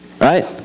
right